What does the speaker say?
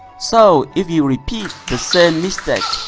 so if you repeat the same mistake,